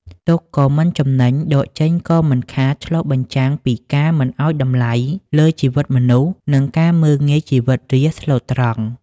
ទុកក៏មិនចំណេញ ដកចេញក៏មិនខាតឆ្លុះបញ្ចាំងពីការមិនឱ្យតម្លៃលើជីវិតមនុស្ស និងការមើលងាយជីវិតរាស្ត្រស្លូតត្រង់។